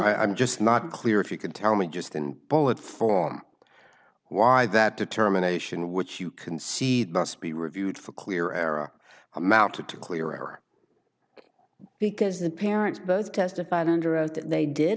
i'm just not clear if you can tell me just in bullet form why that determination which you concede must be reviewed for clear era amounted to clearer because the parents both testified under oath that they did